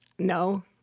No